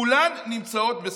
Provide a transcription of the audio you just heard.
כולן נמצאות בסכנה.